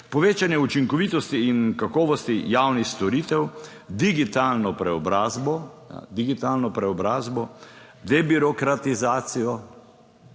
povečanje učinkovitosti in kakovosti javnih storitev, digitalno preobrazbo, - digitalno